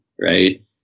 right